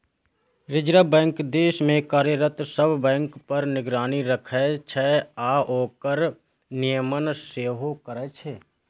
reserve bank देश मे कार्यरत सब बैंक पर निगरानी राखै छै आ ओकर नियमन सेहो करै छै